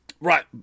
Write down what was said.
right